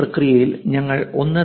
ഈ പ്രക്രിയയിൽ ഞങ്ങൾ 1